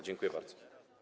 Dziękuję bardzo.